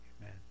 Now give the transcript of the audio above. Amen